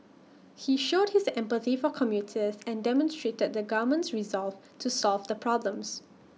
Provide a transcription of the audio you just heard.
he showed his empathy for commuters and demonstrated the government's resolve to solve the problems